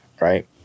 right